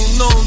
no